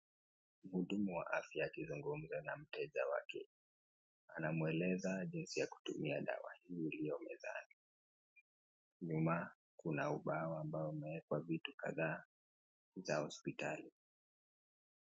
Mhudumu wa afya akizungumza na mteja wake. Anamweleza zinsi ya kutumia dawa hii iliyo mezani. Nyuma kuna ubao ambao una umewekwa vitu kadhaa za hospitali.